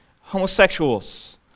homosexuals